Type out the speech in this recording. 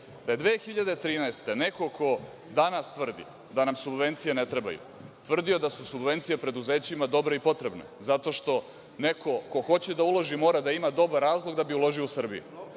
2013, neko ko danas tvrdi da nam subvencije ne trebaju, tvrdio je da su subvencije preduzećima dobre i potrebne zato što neko ko hoće da uloži mora da ima dobar razlog da bi uložio u Srbiju,